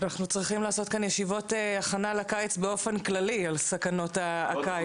ואנחנו צריכים לעשות כאן ישיבות הכנה לקיץ באופן כללי על סכנות הקיץ.